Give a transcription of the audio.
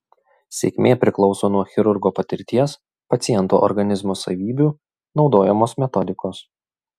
sėkmė priklauso nuo chirurgo patirties paciento organizmo savybių naudojamos metodikos